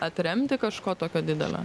atremti kažko tokio didelio